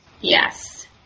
Yes